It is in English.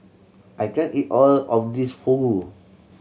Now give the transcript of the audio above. I can't eat all of this Fugu